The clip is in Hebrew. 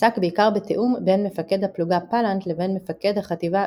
עסק בעיקר בתיאום בין מפקד הפלוגה פלנט לבין מפקד החטיבה,